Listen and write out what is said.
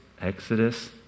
Exodus